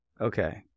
okay